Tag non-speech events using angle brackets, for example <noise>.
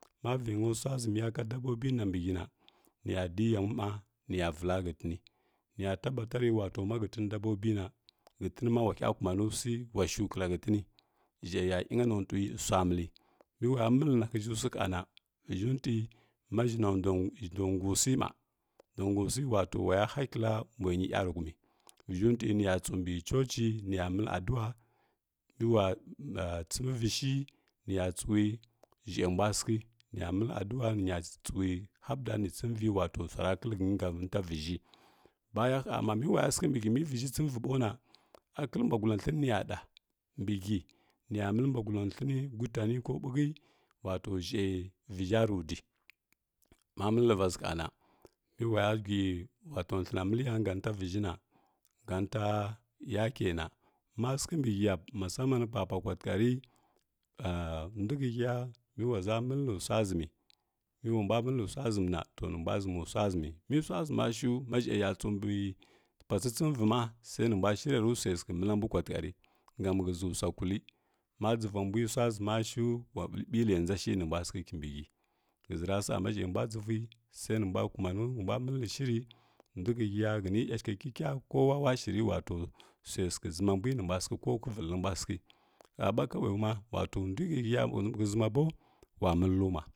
Ma vəʒho swa ʒəmjo dobobi na nya ɗo yamwi ma nə ya vəlla hətəni nə ya tabatarə wato ma hətən dabobi na hətən ma wa hya kuma nu ji wa shu kəlla hətəni shiəya yingaswa milli mi waya millə swa həʒhə ha na vəʒhəwntwi ma ʒhə <unintelligible> ndo husə ma ndo husə wato waya hakila mbwə nyə yarəhumə vəʒhəwntwi nya tso mbə chochi nya məllə adwa mə wa tsəməvəshi nya tsəwi ʒhiə mbwa səghi nə nya məllə adwa nə nya tsətsəwi hamda nə tsəmvə wato swa ra kəllə həny nga nita vəʒhə baya ha ma mə waya səghə mbə hiy nya məlli nbwagola thiləni nya da mbi hiy nya məllə mbwa gulla thlənə gutanə ko mukə shiə vəʃharu də ma malləva ʒ ʒ ha na wato thləna məllə ya nga nite vəʒhəna ga nə ta yakə na ma səghə mbə hiya masaman na papwakwtarə ndwihəhiya mə wa ʒa məllə swa ʒamən mə wa mbwa məllə swa ʒəməna to nə mbwa ʒəmi swa ʒəmə mə swa ʒəma shu ma ʒa ya tso pwa tsətsəmə və ma sai nə mbwa shiriya rə swai səghə məllə mbwi kwatarə gami həʒə swa kullə ma dʒəvwa mbwi swa ʒəma shu wa ɓəɓəlləndʒashi nə mbwa səghə nbə hiya həʒəra sa ma ʒai mbwa dʒʒvwi sai nə mbwa kumani nə mbwa məlləi shiri ndohəhiya həni yashə kikiyo kowa wa shirə swai səghə ʒəma mbwai nə mbwa səghə ko həvəi rə mbwa səghə ha ba kawayoma wato ndohəhiya həʒʒmabo waʒa məllə luma.